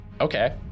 Okay